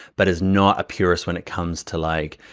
but is not a purist when it comes to like